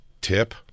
tip